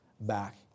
back